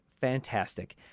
fantastic